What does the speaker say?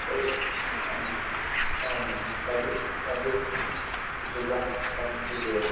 أسۍ اَہَن حظ اَہَن حظ تَتہِ حظ تَتہِ حظ چھِ زٕ دۄہ کَرٕنۍ سِٹے حظ